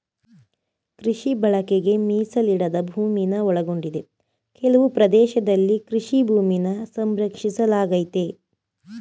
ಕೃಷಿ ಬಳಕೆಗೆ ಮೀಸಲಿಡದ ಭೂಮಿನ ಒಳಗೊಂಡಿದೆ ಕೆಲವು ಪ್ರದೇಶದಲ್ಲಿ ಕೃಷಿ ಭೂಮಿನ ಸಂರಕ್ಷಿಸಲಾಗಯ್ತೆ